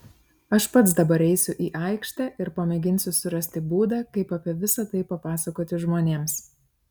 aš pats dabar eisiu į aikštę ir pamėginsiu surasti būdą kaip apie visa tai papasakoti žmonėms